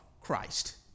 Christ